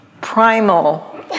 primal